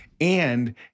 And-